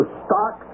stock